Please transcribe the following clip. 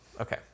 Okay